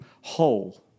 whole